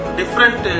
different